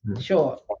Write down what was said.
Sure